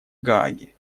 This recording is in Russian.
гааге